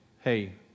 hey